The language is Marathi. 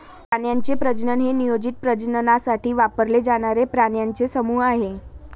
प्राण्यांचे प्रजनन हे नियोजित प्रजननासाठी वापरले जाणारे प्राण्यांचे समूह आहे